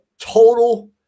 total